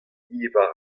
diwar